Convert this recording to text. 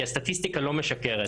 כי הסטטיסטיקה לא משקרת.